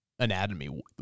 Anatomy